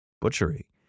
butchery